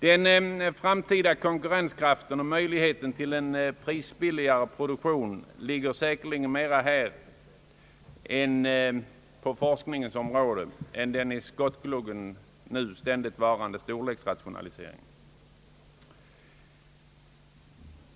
Det är säkerligen snarare genom forskningens framsteg än genom storleksrationalisering som vi har möjligheter att i framtiden öka vår konkurrenskraft och få till stånd en prisbilligare produktion.